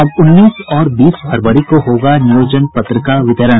अब उन्नीस और बीस फरवरी को होगा नियोजन पत्र का वितरण